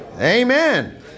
Amen